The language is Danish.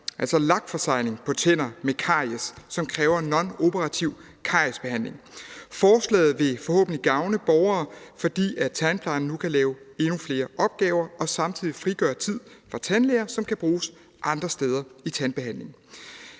altså lakforsegling på tænder med caries, som kræver nonoperativ cariesbehandling. Forslaget vil forhåbentlig gavne borgere, fordi tandplejerne nu kan lave endnu flere opgaver og samtidig frigøre tid for tandlæger, som kan bruges andre steder i tandbehandlingen.